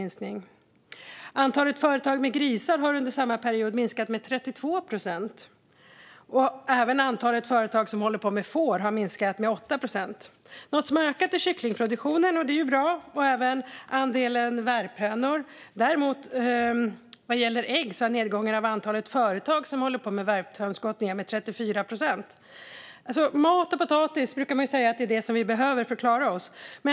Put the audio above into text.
Antalet företag med grisar minskade under samma period med 32 procent, och även antalet företag som håller på med får har minskat, med 8 procent. Något som har ökat är kycklingproduktionen, vilket är bra, och även andelen värphönor. Däremot, vad gäller ägg, har antalet företag som håller på med värphöns gått ned med 34 procent. Mat och potatis är det man brukar säga att vi behöver för att klara oss.